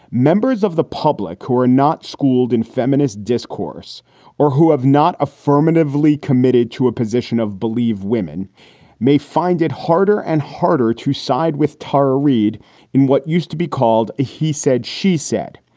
members of the public who are not schooled in feminist discourse or who have not affirmatively committed to a position of believe, women may find it harder and harder to side with tara reid in what used to be called a he said she said.